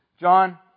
John